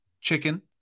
chicken